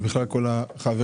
ובכלל לכל החברים,